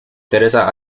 teresa